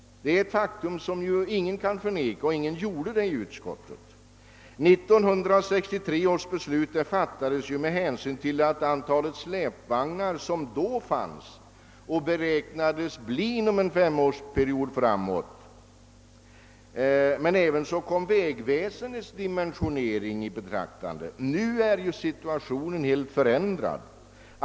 Detta faktum kan inte förnekas, och det var inte heller någon som gjorde det i utskottet. 1963 års beslut fattades med hänsyn till det antal släpvagnar som fanns då och det antal som beräknades tillkomma inom en femårsperiod. Vägväsendets dimensionering hörde också till bilden. Nu är ju situationen helt förändrad.